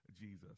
Jesus